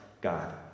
God